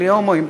בלי הומואים,